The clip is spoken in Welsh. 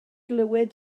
glywed